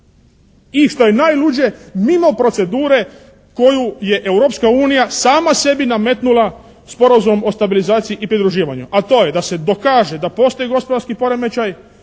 što je najluđe mimo procedure koju je Europska unija sama sebi nametnula Sporazum o stabilizaciji i pridruživanju, a to je da se dokaže da postoji gospodarski poremećaj,